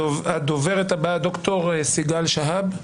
הדוברת הבאה ד"ר סיגל שהב.